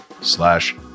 slash